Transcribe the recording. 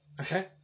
Okay